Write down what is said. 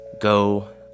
Go